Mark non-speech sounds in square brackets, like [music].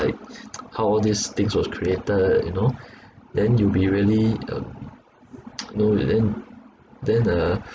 like [noise] how all these things was created you know then you'll be really um [noise] you know then then uh